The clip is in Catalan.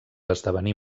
esdevenir